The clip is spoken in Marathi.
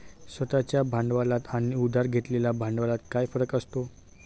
स्वतः च्या भांडवलात आणि उधार घेतलेल्या भांडवलात काय फरक असतो?